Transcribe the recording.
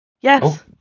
Yes